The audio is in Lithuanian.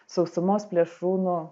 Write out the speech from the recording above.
sausumos plėšrūnų